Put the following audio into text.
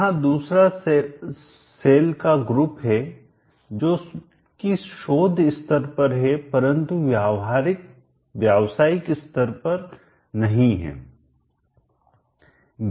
यहां दूसरा सेल का ग्रुप हे जो कि शोध स्तर पर है परंतु व्यावसायिक स्तर पर नहीं है